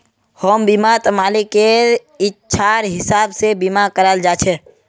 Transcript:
home बीमात मालिकेर इच्छार हिसाब से बीमा कराल जा छे